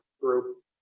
group